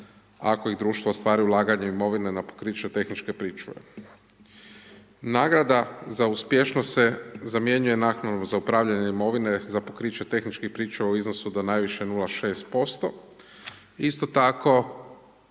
ako društvo ostvari ulaganje imovine na pokriće tehničke pričuve. Nagrada za uspješnost se zamjenjuje naknadom za upravljanjem imovinom, za pokriće tehničkih pričuva u iznosu do najviše 0,6%. Isto tako